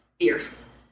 fierce